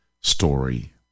story